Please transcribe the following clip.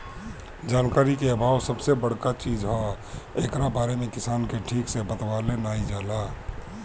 जानकारी के आभाव सबसे बड़का चीज हअ, एकरा बारे में किसान के ठीक से बतवलो नाइ जाला